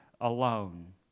alone